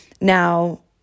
Now